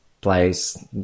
place